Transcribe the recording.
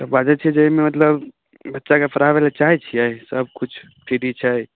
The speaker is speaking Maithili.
तऽ बाजै छी जे एहिमे मतलब बच्चाके पढ़ाबै लए चाहै छियै सभकिछु फ्री छै